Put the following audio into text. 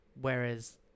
Whereas